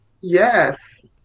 Yes